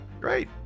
Great